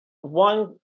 one